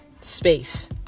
space